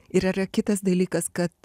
ir yra kitas dalykas kad